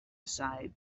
aside